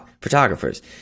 photographers